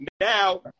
now